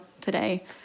today